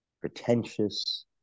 pretentious